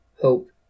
hope